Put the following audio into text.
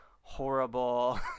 horrible